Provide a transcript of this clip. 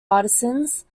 artisans